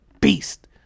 beast